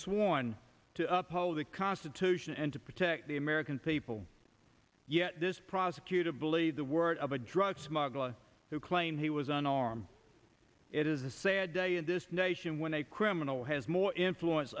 sworn to uphold the constitution and to protect the american people yet this prosecutor believe the word of a drug smuggler who claimed he was unarmed it is a sad day in this nation when a criminal has more influence